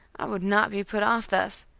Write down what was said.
i would not be put off thus.